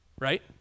right